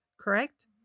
correct